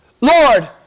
Lord